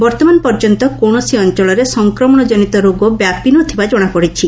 ବର୍ଉମାନ ପର୍ଯ୍ୟନ୍ତ କୌଣସି ଅଞ୍ଚଳରେ ସଂକ୍ରାମଣ ଜନିତ ରୋଗ ବ୍ୟାପିନଥିବା ଜଣାପଡ଼ିଛି